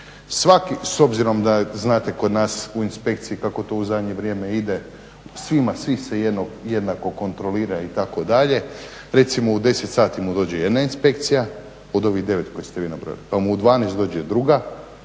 objekt s obzirom da znate kod nas u inspekciji kako to u zadnje vrijeme ide, svima, svi se jednako kontrolira itd. Recimo u 10 sati mu dođe jedna inspekcija od ovih 9 koje ste vi nabrojali, pa mu u 12 dođe druga,